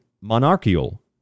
monarchical